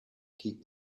keep